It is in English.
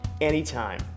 anytime